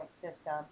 system